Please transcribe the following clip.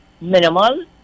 minimal